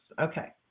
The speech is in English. okay